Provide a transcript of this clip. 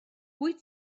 wyt